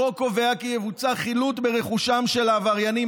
החוק קובע כי יבוצע חילוט ברכושם של העבריינים